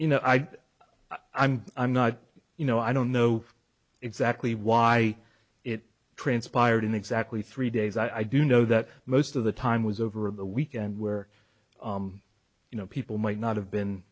you know i i'm i'm not you know i don't know exactly why it transpired in exactly three days i do know that most of the time was over the weekend where you know people might not have been